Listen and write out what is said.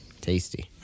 tasty